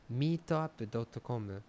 meetup.com